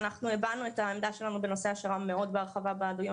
אנחנו הבענו את העמדה שלנו בנושא השר"ם מאוד בהרחבה בדיון